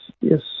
Yes